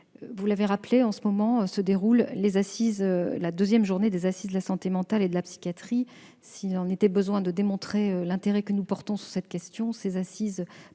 vous l'avez rappelé, en ce moment même se déroule la deuxième journée des Assises de la santé mentale et de la psychiatrie. S'il était besoin de démontrer l'intérêt que nous portons à cette question, ces Assises parlent